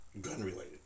gun-related